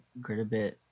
Gritabit